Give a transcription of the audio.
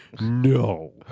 No